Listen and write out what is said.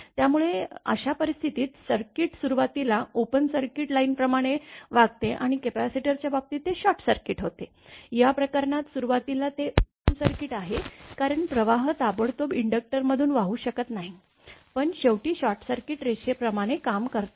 त्यामुळे अशा परिस्थितीत सर्किट सुरुवातीला ओपन सर्किट लाईनप्रमाणे वागते आणि कपॅसिटरच्या बाबतीत ते शॉर्टसर्किट होते या प्रकरणात सुरुवातीला ते ओपन सर्किट आहे कारण प्रवाह ताबडतोब इन्डक्टरमधून वाहू शकत नाही पण शेवटी शॉर्टसर्किट रेषेप्रमाणे काम करतो